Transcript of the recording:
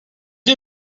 vit